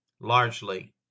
largely